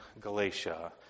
Galatia